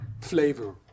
flavor